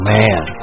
man